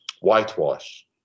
whitewash